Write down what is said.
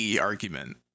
argument